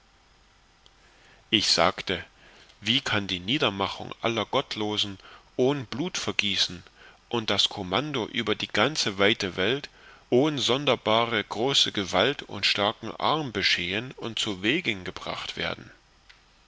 ich sagte wie kann die niedermachung aller gottlosen ohn blutvergießen und das kommando über die ganze weite welt ohn sonderbare große gewalt und starken arm beschehen und zuwegengebracht werden